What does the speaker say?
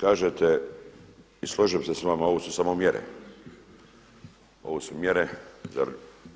Kažete i složio bih se s vama, ovo su samo mjere, ovo su mjere za